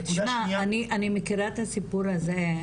שנייה, אני מכירה את הסיפור הזה,